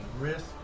risk